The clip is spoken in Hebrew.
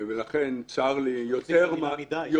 ולכן, צער לי יותר מאשר